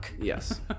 Yes